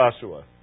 Joshua